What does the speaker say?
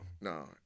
No